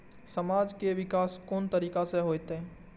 समाज के विकास कोन तरीका से होते?